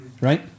right